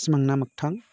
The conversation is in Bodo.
सिमांना मोग्थां